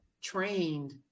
trained